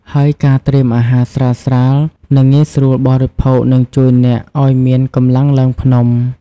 ហើយការត្រៀមអាហារស្រាលៗ និងងាយស្រួលបរិភោគនឹងជួយអ្នកឲ្យមានកម្លាំងឡើងភ្នំ។